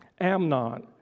Amnon